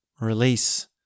release